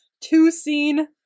two-scene